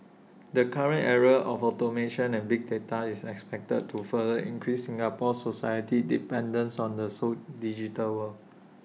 the current era of automation and big data is expected to further increase Singapore society's dependence on the so digital world